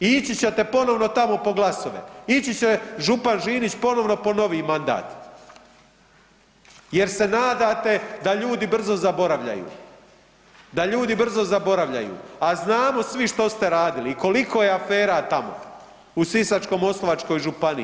I ići ćete ponovno tamo po glasove, ići će župan Žinić ponovno po novi mandat jer se nadate da ljudi brzo zaboravljaju, da ljudi brzo zaboravljaju, a znamo svi što ste radili i koliko je afera tamo u Sisačko-moslavačkoj županiji.